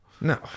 No